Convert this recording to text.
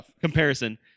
comparison